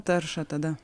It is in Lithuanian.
taršą tada